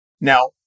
Now